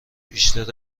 بیشتر